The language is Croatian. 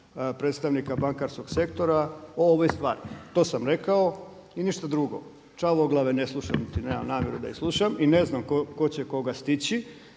predstavnika bankarskog sektora o ovoj stvari, to sam rekao i ništa drugo. Čavoglave ne slušam niti nemam namjeru da ih slušam i ne znam tko će koga stići.